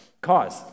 Cause